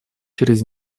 через